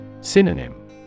Synonym